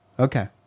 Okay